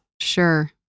Sure